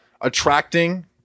attracting